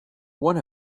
one